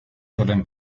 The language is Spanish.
suelen